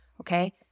Okay